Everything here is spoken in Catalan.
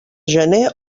gener